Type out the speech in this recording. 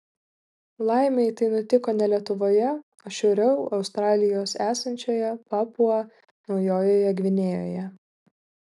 laimei tai nutiko ne lietuvoje o šiauriau australijos esančioje papua naujojoje gvinėjoje